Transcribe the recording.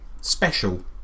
Special